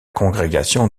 congrégation